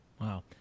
Wow